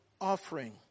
offering